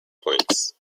points